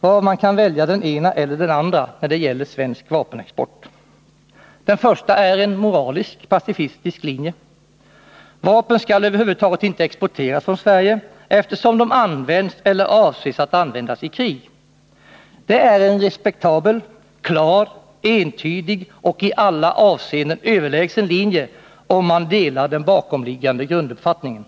av vilka man kan välja den ena eller den andra, när det gäller svensk vapenexport. Den första är en moralisk-pacifistisk linje. Vapen skall över huvud taget inte exporteras från Sverige, eftersom de används eller avses att användas i krig. Det är en respektabel, klar, entydig och i alla avseenden överlägsen linje, om man delar den bakomliggande grunduppfattningen.